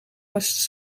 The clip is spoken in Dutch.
was